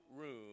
room